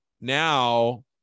now